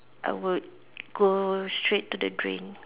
I would go straight to the drain